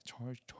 charge